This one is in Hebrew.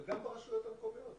וגם ברשויות המקומיות,